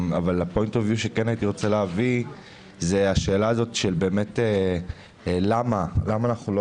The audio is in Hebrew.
נקודת המבט שהייתי רוצה להביא היא בנוגע לשאלה למה אנחנו לא